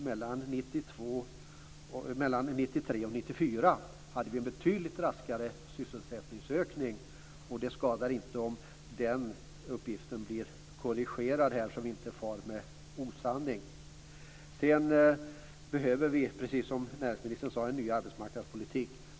Mellan 1993 och 1994 hade vi betydligt raskare sysselsättningsökning, och det skadar inte om den uppgiften blir korrigerad, så att vi inte far med osanning. Vi behöver, precis som näringsministern sade, en ny arbetsmarknadspolitik.